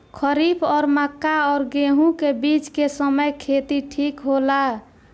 खरीफ और मक्का और गेंहू के बीच के समय खेती ठीक होला?